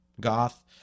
goth